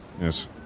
Yes